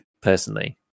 personally